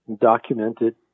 documented